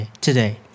today